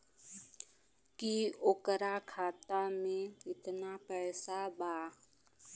की ओकरा खाता मे कितना पैसा बा?